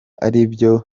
aribyo